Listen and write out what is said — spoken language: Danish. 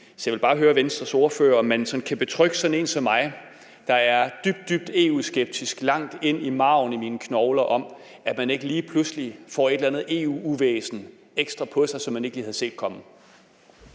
Så jeg vil bare høre Venstres ordfører, om man sådan kan betrygge sådan en som mig, der er dybt, dybt EU-skeptisk, langt ind i marven af mine knogler, i, at man ikke lige pludselig får et eller andet ekstra EU-uvæsen, som man ikke lige havde set komme,